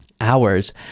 hours